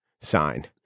sign